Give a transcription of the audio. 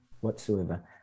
whatsoever